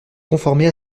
conformer